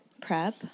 Prep